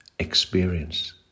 experience